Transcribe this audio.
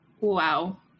Wow